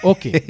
Okay